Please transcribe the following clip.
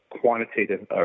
quantitative